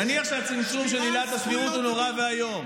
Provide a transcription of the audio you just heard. נניח שהצמצום של עילת הסבירות הוא נורא ואיום.